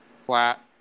flat